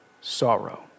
sorrow